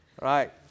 Right